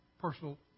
Personal